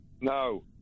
No